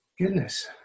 Goodness